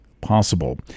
possible